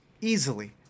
easily